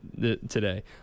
today